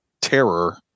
terror